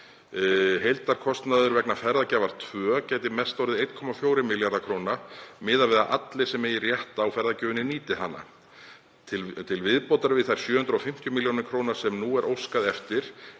„Heildarkostnaður vegna Ferðagjafar II gæti mest orðið 1,4 milljarðar kr., miðað við að allir sem eiga rétt á ferðagjöfinni nýti hana. Til viðbótar við þær 750 millj. kr. sem nú er óskað eftir